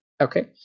Okay